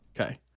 Okay